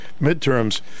midterms